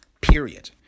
period